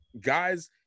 guys